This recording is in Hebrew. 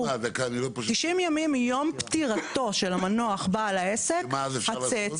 מדובר על 90 ימים מיום פטירתו של המנוח בעל העסק הצאצא